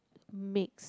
makes